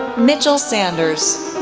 mitchell sanders,